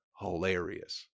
hilarious